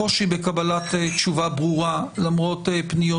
הקושי בקבלת תשובה ברורה למרות פניות